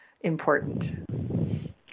important